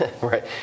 Right